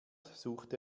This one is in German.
suchte